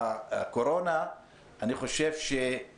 אנחנו צריכים להתקדם, משפט אחרון